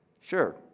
sure